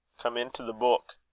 come in to the beuk.